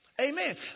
Amen